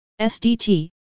SDT